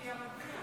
נתקבל.